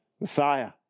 Messiah